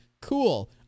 cool